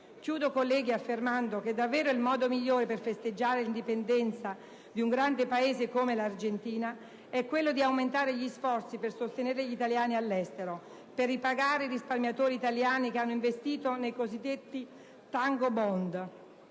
Chiudo, colleghi, affermando che davvero il modo migliore per festeggiare l'indipendenza di un grande Paese come l'Argentina è quello di aumentare gli sforzi per sostenere gli italiani all'estero, per ripagare i risparmiatori italiani che hanno investito nei cosiddetti tango-*bond*,